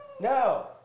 No